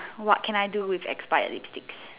what can I do with expired lipstick